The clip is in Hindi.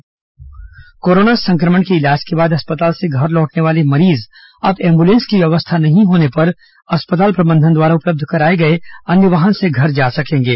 कोरोना एंबुलें स प्रदेश में कोरोना संक्रमण के इलाज के बाद अस्पताल से घर लौटने वाले मरीज अब एम्बुलेंस की व्यवस्था नहीं होने पर अस्पताल प्रबंधन द्वारा उपलब्ध कराए गए अन्य वाहन से घर जा सकेंगे